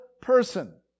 person